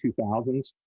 2000s